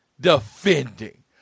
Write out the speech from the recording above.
defending